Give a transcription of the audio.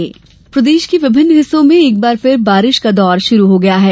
मौसम प्रदेश के विभिन्न हिस्सों में एक बार फिर बारिश का दौर श्रू हो गया है